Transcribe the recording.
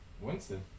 Winston